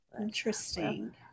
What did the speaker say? interesting